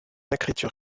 écriture